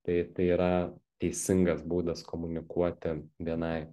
tai tai yra teisingas būdas komunikuoti bni